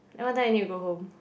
and what time you need to go home